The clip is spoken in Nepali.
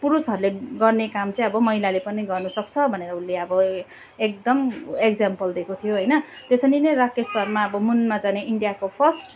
पुरुषहरूले गर्ने काम चाहिँ अब महिलाले पनि गर्नु सक्छ भनेर उसले अब एकदम एक्जाम्पल दिएको थियो होइन त्यसरी नै राकेश शर्मा अब मुनमा जाने इन्डियाको फर्स्ट